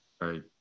right